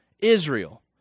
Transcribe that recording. Israel